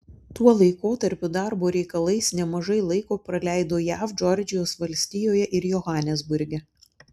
tuo laikotarpiu darbo reikalais nemažai laiko praleido jav džordžijos valstijoje ir johanesburge